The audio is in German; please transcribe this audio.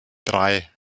drei